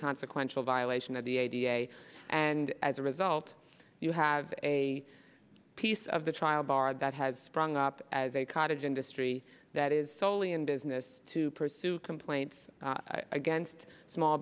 consequential violation of the idea and as a result you have a piece of the trial bar that has sprung up as a cottage industry that is soley in business to pursue complaints against small